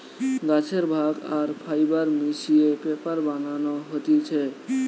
গাছের ভাগ আর ফাইবার মিশিয়ে পেপার বানানো হতিছে